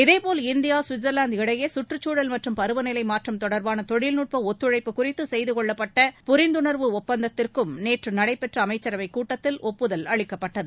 இதேபோல் India Switzerland இடையே கற்றுச்சூழல் மற்றும் பருவநிலை மாற்றம் தொடர்பான தொழில்நுட்ப ஒத்துழைப்பு குறித்து செய்துக்கொள்ளப்பட்ட புரிந்துணர்வு ஒப்பந்தத்திற்கும் நேற்று நடைபெற்ற அமைச்சரவை கூட்டத்தில் ஒப்புதல் அளிக்கப்பட்டது